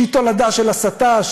שהיא תולדה של הסתה,